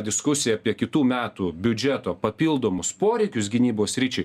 diskusiją apie kitų metų biudžeto papildomus poreikius gynybos sričiai